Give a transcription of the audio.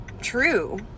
true